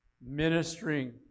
ministering